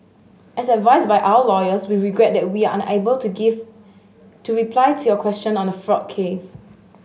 as advised by our lawyers we regret that we are unable to give to reply to your question on the fraud case